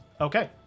Okay